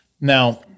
Now